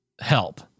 help